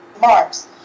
marks